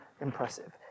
impressive